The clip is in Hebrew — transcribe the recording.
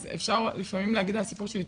אז אפשר לפעמים להגיד על הסיפור שלי,